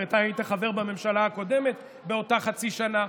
אתה היית חבר בממשלה הקודמת, באותה חצי שנה,